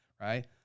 right